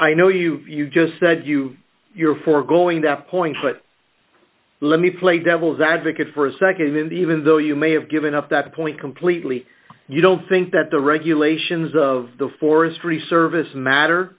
i know you just said you for going that point but let me play devil's advocate for a nd even the even though you may have given up that point completely you don't think that the regulations of the forestry service matter